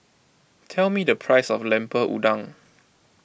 tell me the price of Lemper Udang